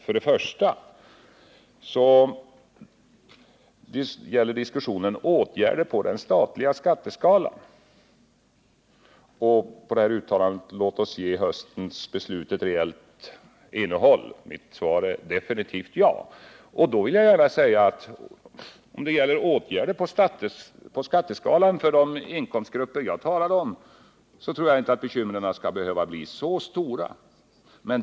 Först och främst gäller diskussionen åtgärder på den statliga skatteskalan. Det har sagts: Låt oss ge höstens beslut ett rejält innehåll. Mitt svar är definitivt ja. Om det gäller åtgärder på skatteskalan för de inkomstgrupper som jag har talat om, tror jag att bekymren inte behöver bli så stora.